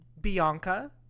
Bianca